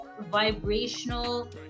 Vibrational